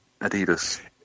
Adidas